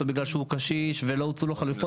או בגלל שהוא קשיש ולא הוצעו לא חלופות,